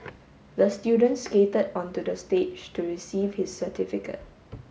the student skated onto the stage to receive his certificate